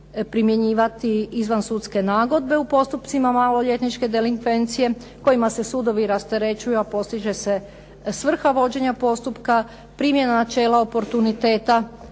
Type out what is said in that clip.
primjenjivati izvan sudske nagodbe u postupcima maloljetničke delinkvencije, kojima se sudovi rasterećuju, a postiže se svrha vođenja postupka, primjena načela oportuniteta